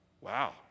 wow